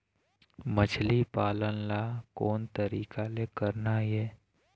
मछली पालन ला कोन तरीका ले करना ये?